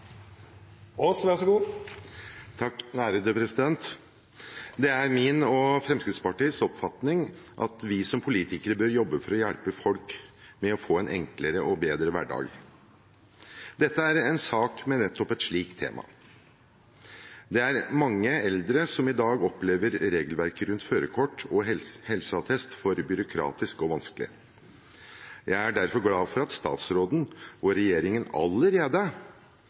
Aas ordet på vegner av saksordførar Tor André Johnsen. Det er min og Fremskrittspartiets oppfatning at vi som politikere bør jobbe for å hjelpe folk med å få en enklere og bedre hverdag. Dette er en sak med nettopp et slikt tema. Det er mange eldre som i dag opplever regelverket rundt førerkort og helseattest som for byråkratisk og vanskelig. Jeg er derfor glad for at statsråden og regjeringen allerede